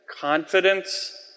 confidence